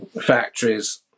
factories